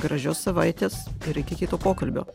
gražios savaitės ir iki kito pokalbio